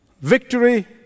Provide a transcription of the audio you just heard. Victory